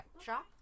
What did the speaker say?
Shop